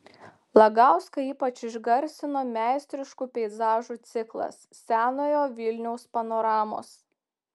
lagauską ypač išgarsino meistriškų peizažų ciklas senojo vilniaus panoramos